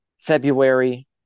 February